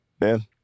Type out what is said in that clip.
man